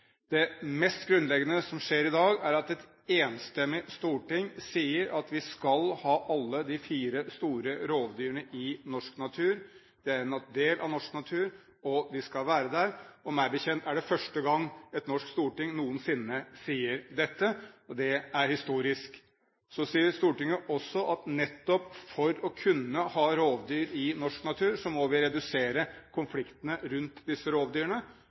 Det mest grunnleggende som skjer i dag, er at et enstemmig storting sier at vi skal ha alle de fire store rovdyrene i norsk natur. De er en del av norsk natur, og de skal være der, og meg bekjent er det første gang et norsk storting noensinne sier dette. Det er historisk. Så sier Stortinget også at nettopp for å kunne ha rovdyr i norsk natur må vi redusere konfliktene rundt disse rovdyrene.